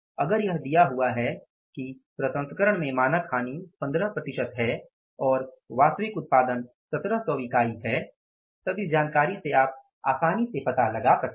अगर यह दिया हुआ है कि प्रसंस्करण में मानक हानि 15 प्रतिशत है और वास्तविक उत्पादन 1700 इकाई है तब इस जानकारी से आप आसानी से पता लगा सकते हैं